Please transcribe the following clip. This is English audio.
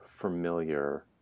familiar